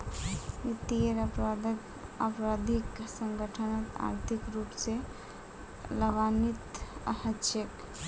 वित्तीयेर अपराधत आपराधिक संगठनत आर्थिक रूप स लाभान्वित हछेक